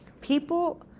people